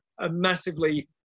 massively